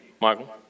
Michael